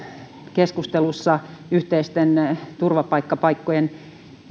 keskustelussa yhteisten turvapaikkapaikkojen